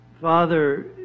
Father